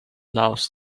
loves